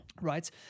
Right